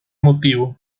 motivo